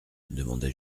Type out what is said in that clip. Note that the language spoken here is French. demanda